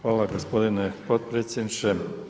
Hvala gospodine potpredsjedniče.